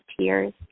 tears